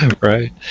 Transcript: Right